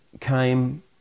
came